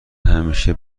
همیشه